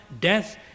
death